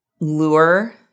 lure